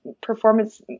performance